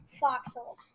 foxhole